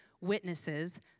witnesses